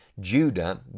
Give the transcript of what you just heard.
Judah